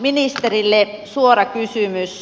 ministerille suora kysymys